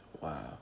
Wow